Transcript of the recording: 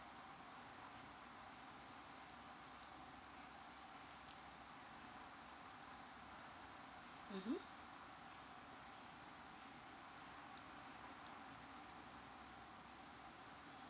mmhmm